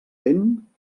vent